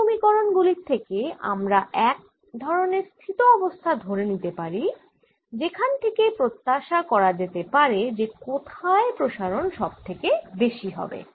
এই সমীকরন গুলি থেকে আমরা এক ধরণের স্থিত অবস্থা ধরে নিতে পারি যেখান থেকে প্রত্যাশা করা যেতে পারে যে কোথায় প্রসারণ সব থেকে বেশি হবে